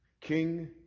king